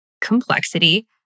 complexity